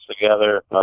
together